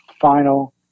final